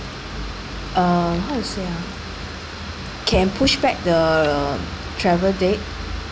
uh how to say ah can push back the travel date